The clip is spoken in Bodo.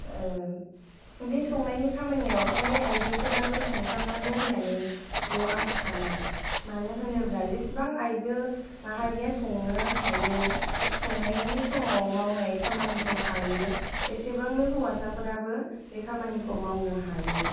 बे संनायनि खामानियाव खालि आयजोफोराल' संथारनांगौ होननानै बेयाव आं साना मानो होनोब्ला जेसेबां आयजो माहारिया संनो हायो संनायनि समाव मावनाय खामानिखौ हायो एसेबांनो हौवसाफोराबो बे खामानिखौ मावनो हायो